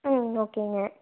ம் ஓகேங்க